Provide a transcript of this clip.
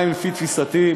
לפי תפיסתי,